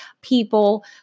people